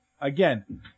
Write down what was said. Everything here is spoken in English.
Again